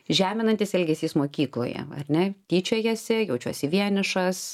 žeminantis elgesys mokykloje ar ne tyčiojasi jaučiuosi vienišas